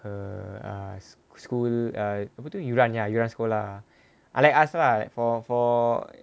err ah school err apa tu yuran ya yuran sekolah unlike us lah for for